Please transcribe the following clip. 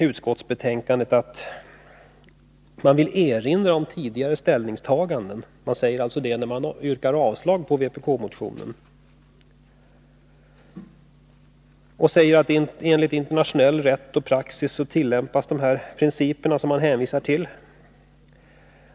Utskottsmajoriteten erinrar om tidigare ställningstaganden när man yrkar avslag på vpk-motionen, och man påpekar att enligt internationell rätt och praxis tillämpas de principer som man hänvisat till.